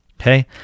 okay